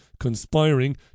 conspiring